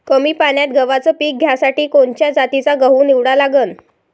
कमी पान्यात गव्हाचं पीक घ्यासाठी कोनच्या जातीचा गहू निवडा लागन?